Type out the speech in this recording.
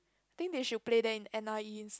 think they should play that in N_I_E